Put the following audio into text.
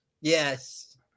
Yes